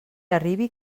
arribi